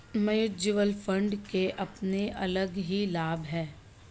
mutual fund के अपने अलग ही लाभ हैं